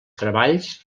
treballs